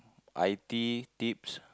I T tips